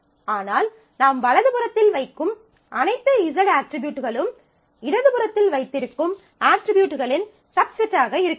ஆனால் நாம் வலது புறத்தில் வைக்கும் அனைத்து Z அட்ரிபியூட்களும் இடது புறத்தில் வைத்திருக்கும் அட்ரிபியூட்களின் சப்செட்டாக இருக்க வேண்டும்